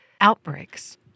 outbreaks